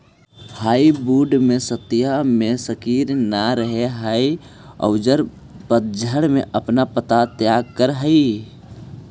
hardwood भी सर्दि में सक्रिय न रहऽ हई औउर पतझड़ में अपन पत्ता के त्याग करऽ हई